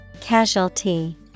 Casualty